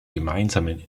gemeinsamen